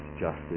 justice